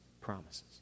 promises